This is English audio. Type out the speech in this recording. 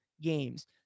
games